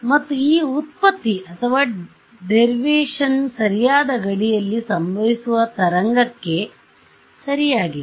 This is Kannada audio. ಮತ್ತು ಈ ವ್ಯುತ್ಪತ್ತಿ ಸರಿಯಾದ ಗಡಿಯಲ್ಲಿ ಸಂಭವಿಸುವ ತರಂಗಕ್ಕೆ ಸರಿಯಾಗಿದೆ